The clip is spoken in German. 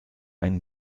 ein